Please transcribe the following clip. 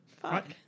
Fuck